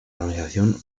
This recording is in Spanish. organización